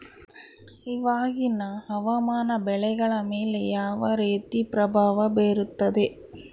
ಇವಾಗಿನ ಹವಾಮಾನ ಬೆಳೆಗಳ ಮೇಲೆ ಯಾವ ರೇತಿ ಪ್ರಭಾವ ಬೇರುತ್ತದೆ?